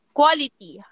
quality